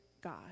God